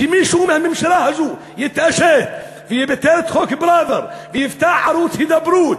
שמישהו מהממשלה הזאת יתעשת ויבטל את חוק פראוור ויפתח ערוץ הידברות,